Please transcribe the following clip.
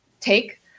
take